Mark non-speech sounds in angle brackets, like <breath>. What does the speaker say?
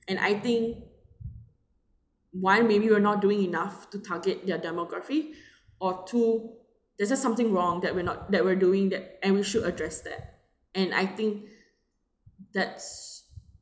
and I think one maybe we're not doing enough to target their demographic <breath> or two there's just something wrong that we're not that we're doing that and we should address that and I think <breath> that's